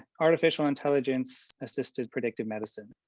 artificial intelligence assisted predictive medicine.